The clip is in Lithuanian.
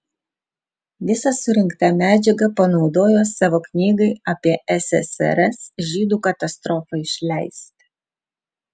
visą surinktą medžiagą panaudojo savo knygai apie ssrs žydų katastrofą išleisti